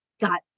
got